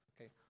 okay